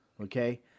okay